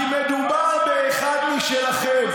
כי מדובר באחד משלכם.